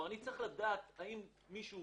אני לא יכול לשלוט היום במצב שלמישהו